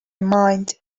mind